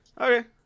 Okay